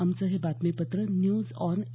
आमचं हे बातमीपत्र न्यूज ऑन ए